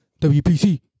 WPC